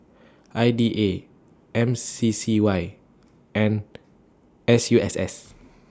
I D A M C C Y and S U S S